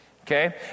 Okay